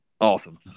Awesome